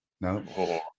No